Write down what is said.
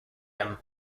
him